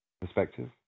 perspective